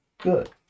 good